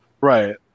Right